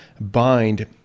bind